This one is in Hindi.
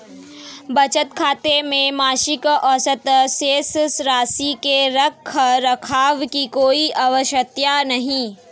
बचत खाते में मासिक औसत शेष राशि के रख रखाव की कोई आवश्यकता नहीं